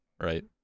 right